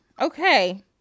okay